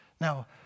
Now